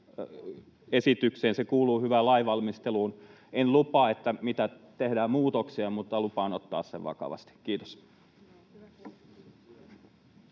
Se kuuluu hyvään lainvalmisteluun. En lupaa, että tehdään muutoksia, mutta lupaan ottaa sen vakavasti. — Kiitos.